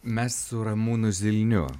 mes su ramūnu zilniu